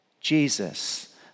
Jesus